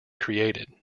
created